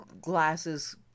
glasses